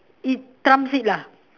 it trumps it lah